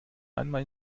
einmal